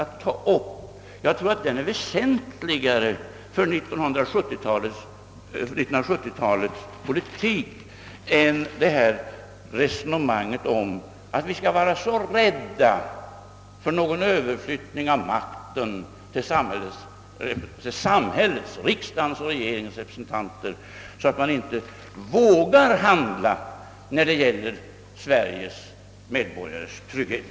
Jag tror att dessa frågor är väsentligare för 1970-talets politik än resonemanget om att vi måste vara så rädda för överflyttning av makten till samhället, till riksdagen och regeringen, att vi inte vågar handla när det gäller Sveriges medborgares trygghet.